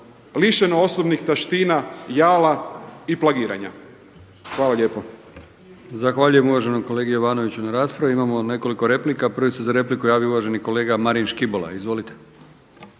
lišeno osobnih taština, jala i plagiranja. Hvala lijepo.